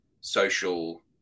social